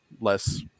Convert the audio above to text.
less